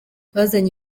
bazanye